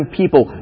people